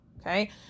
Okay